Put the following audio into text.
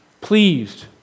pleased